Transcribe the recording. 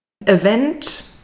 event